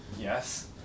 Yes